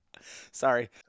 Sorry